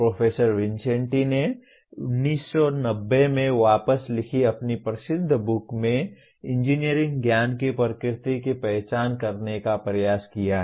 professor Vincenti ने 1990 में वापस लिखी अपनी प्रसिद्ध पुस्तक में इंजीनियरिंग ज्ञान की प्रकृति की पहचान करने का प्रयास किया है